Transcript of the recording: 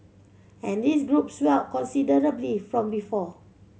and this group swelled considerably from before